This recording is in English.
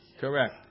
Correct